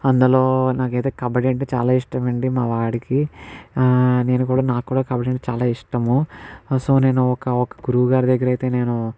అందులో నాకైతే కబడ్డీ అంటే చాలా ఇష్టం అండి మా వాడికి నేను కూడా నాకు కూడా కబడ్డీ అంటే చాలా ఇష్టము సో నేను ఒక గురువుగారి దగ్గర అయితే నేను